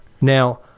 Now